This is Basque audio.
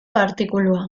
artikulua